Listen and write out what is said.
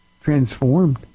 transformed